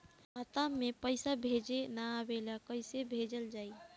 खाता में पईसा भेजे ना आवेला कईसे भेजल जाई?